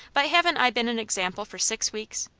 but haven't i been an example for six weeks?